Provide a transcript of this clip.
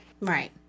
Right